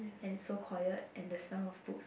and it's so quiet and the sound of books